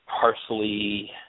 parsley